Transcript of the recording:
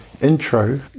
intro